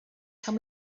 can